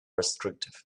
restrictive